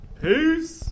Peace